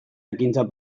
ekintzak